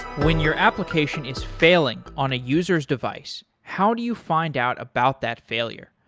when your application is failing on a user s device, how do you find out about that failure?